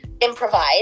improvise